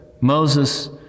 Moses